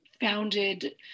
founded